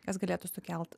kas galėtų sukelt